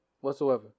whatsoever